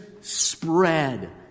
spread